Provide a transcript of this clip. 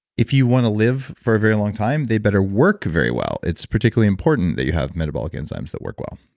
if you want to live for a very long time, they better work very well. it's particularly important that you have metabolic enzymes that work well.